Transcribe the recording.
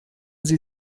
sie